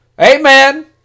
Amen